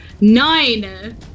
nine